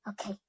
Okay